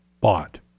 bought